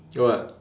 what